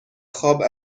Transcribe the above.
خواب